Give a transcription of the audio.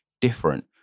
different